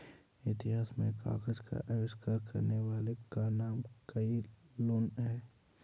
इतिहास में कागज का आविष्कार करने वाले का नाम काई लुन है